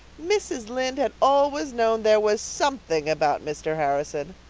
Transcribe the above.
mrs. lynde had always known there was something about mr. harrison!